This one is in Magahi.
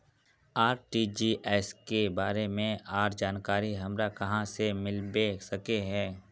आर.टी.जी.एस के बारे में आर जानकारी हमरा कहाँ से मिलबे सके है?